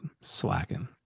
Slacking